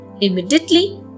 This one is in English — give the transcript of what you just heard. Immediately